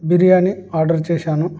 biryani order చేశాను